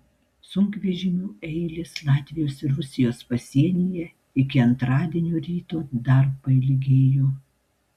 sunkvežimių eilės latvijos ir rusijos pasienyje iki antradienio ryto dar pailgėjo